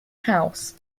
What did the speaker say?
house